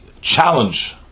challenge